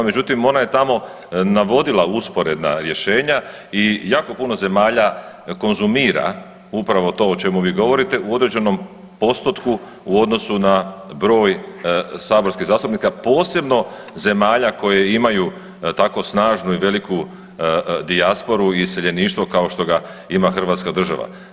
Međutim ona je tamo navodila usporedna rješenja i jako puno zemalja konzumira upravo to o čemu vi govorite u određenom postotku u odnosu na broj saborskih zastupnika posebno zemalja koje imaju tako snažnu i veliku dijasporu i iseljeništvo kao što ga ima Hrvatska država.